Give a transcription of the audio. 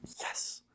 Yes